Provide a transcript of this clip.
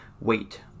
weight